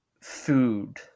food